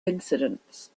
incidents